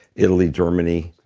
italy, germany,